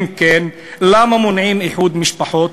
אם כן, למה מונעים איחוד משפחות?